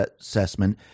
assessment